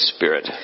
Spirit